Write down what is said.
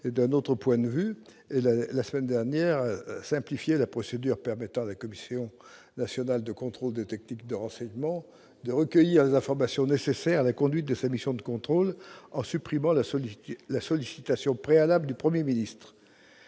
d'un autre point de vue et a, la semaine dernière, simplifié la procédure permettant à la Commission nationale de contrôle des techniques de renseignement de recueillir les informations nécessaires à la conduite de sa mission de contrôle en supprimant la sollicitation préalable du Premier ministre.